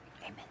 Amen